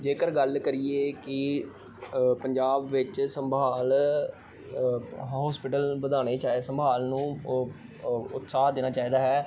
ਜੇਕਰ ਗੱਲ ਕਰੀਏ ਕਿ ਪੰਜਾਬ ਵਿੱਚ ਸੰਭਾਲ ਹੌਸਪੀਟਲ ਵਧਾਉਣੇ ਚਾਹੇ ਸੰਭਾਲ ਨੂੰ ਉਤਸਾਹ ਦੇਣਾ ਚਾਹੀਦਾ ਹੈ